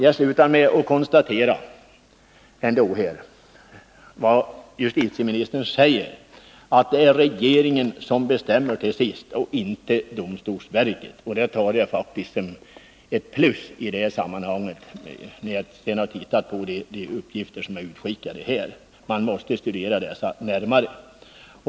Jag slutar med att konstatera att justitieministern i sitt svar säger att det till sist är regeringen, och inte domstolsverket, som bestämmer var det skall finnas tingsställen. Det ser jag som något positivt i sammanhanget. De uppgifter som nu har skickats ut måste studeras närmare.